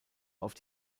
auf